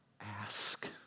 ask